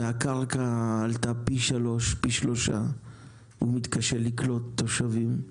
והקרקע עלתה פי שלושה והוא מתקשה לקלוט תושבים.